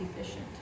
efficient